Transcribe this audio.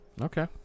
Okay